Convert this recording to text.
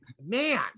man